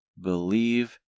believe